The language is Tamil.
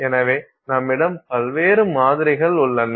எனவே நம்மிடம் பல்வேறு மாதிரிகள் உள்ளன